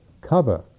cover